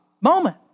moment